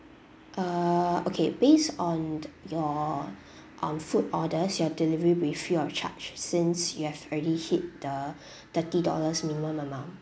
err okay based on your um food orders your delivery will be free of charge since you have already hit the thirty dollars minimum amount